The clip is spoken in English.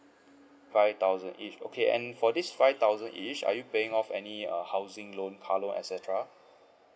five thousand-ish okay and for this five thousand-ish are you paying off any uh housing loan car loan et cetera